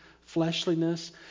fleshliness